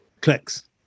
Clicks